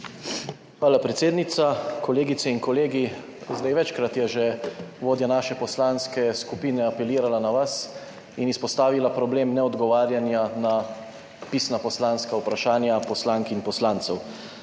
Hvala, predsednica. Kolegice in kolegi! Večkrat je že vodja naše poslanske skupine apelirala na vas in izpostavila problem ne odgovarjanja na pisna poslanska vprašanja poslank in poslancev.